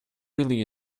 really